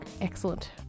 Excellent